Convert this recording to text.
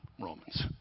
Romans